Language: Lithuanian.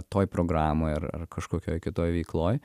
toj programoj ar kažkokioj kitoj veikloj